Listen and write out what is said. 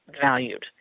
valued